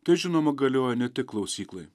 tai žinoma galioja ne tik klausyklai